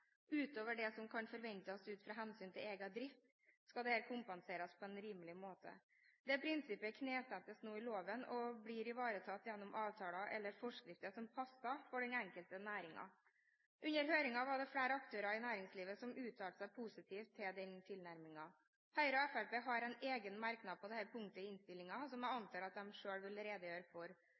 utover det som kan forventes ut fra hensynet til egen drift, skal dette kompenseres på en rimelig måte. Dette prinsippet knesettes nå i loven og blir ivaretatt gjennom avtaler eller forskrifter som passer for den enkelte næring. Under høringen var det flere aktører i næringslivet som uttalte seg positivt til denne tilnærmingen. Høyre og Fremskrittspartiet har en egen merknad på dette punktet i innstillingen som jeg antar at de selv vil redegjøre for,